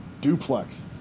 duplex